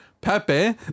Pepe